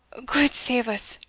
gude save us!